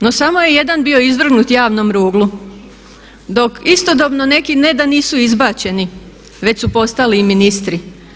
No samo je jedan bio izvrgnut javnom ruglu, dok istodobno neki ne da nisu izbačeni, već su postali i ministri.